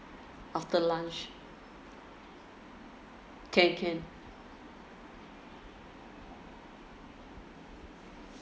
after lunch can can